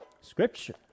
scripture